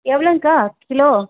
எவ்வளோங்க்கா kilo